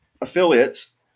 affiliates